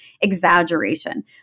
exaggeration